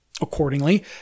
Accordingly